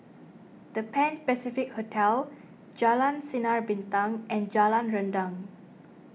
the Pan Pacific Hotel Jalan Sinar Bintang and Jalan Rendang